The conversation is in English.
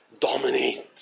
dominate